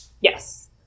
yes